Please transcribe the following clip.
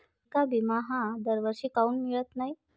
पिका विमा हा दरवर्षी काऊन मिळत न्हाई?